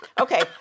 Okay